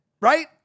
Right